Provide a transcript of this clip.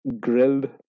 Grilled